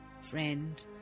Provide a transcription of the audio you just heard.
friend